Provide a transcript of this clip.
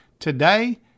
Today